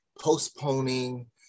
postponing